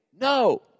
No